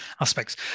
aspects